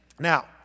Now